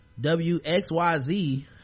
WXYZ